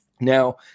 now